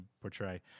portray